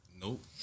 Nope